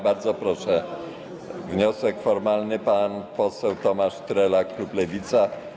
Bardzo proszę, wniosek formalny, pan poseł Tomasz Trela, klub Lewica.